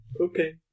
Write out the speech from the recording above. Okay